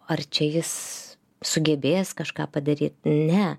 ar čia jis sugebės kažką padaryt ne